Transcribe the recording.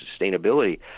sustainability